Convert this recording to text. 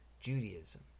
Judaism